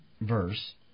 verse